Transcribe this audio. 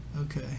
Okay